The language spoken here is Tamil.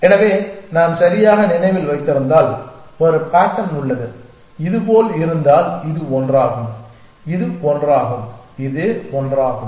எனவே நான் சரியாக நினைவில் வைத்திருந்தால் ஒரு பேட்டர்ன் உள்ளது இது போல் இருந்தால் இது ஒன்றாகும் இது ஒன்றாகும் இது ஒன்றாகும்